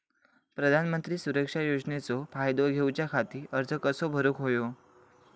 प्रधानमंत्री सुरक्षा योजनेचो फायदो घेऊच्या खाती अर्ज कसो भरुक होयो?